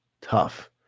Tough